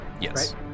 yes